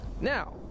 Now